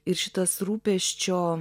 ir šitas rūpesčio